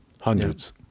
hundreds